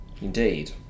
Indeed